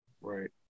right